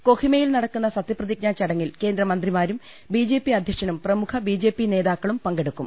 കൊഹിമയിൽ നടക്കുന്ന സത്യപ്രതിജ്ഞാ ചടങ്ങിൽ കേന്ദ്രമന്ത്രി മാരും ബിജെപി അധ്യക്ഷനും പ്രമുഖ ബിജെപി നേതാക്കളും പങ്കെ ടുക്കും